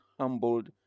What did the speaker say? humbled